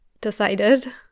decided